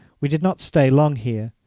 we did not stay long here.